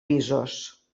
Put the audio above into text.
pisos